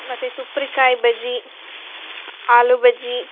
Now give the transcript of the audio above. ಮತ್ತು ತುಪ್ರಿ ಕಾಯಿ ಬಜ್ಜಿ ಆಲೂ ಬಜ್ಜಿ